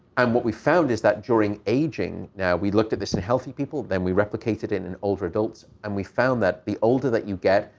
and what we found is that during aging, now we looked at this and healthy people, then we replicated in and older adults, and we found that the older that you get,